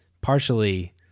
partially